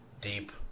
deep